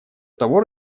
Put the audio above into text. того